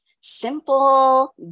simple